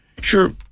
Sure